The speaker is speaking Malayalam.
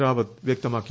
റാവത്ത് വ്യക്തമാക്കി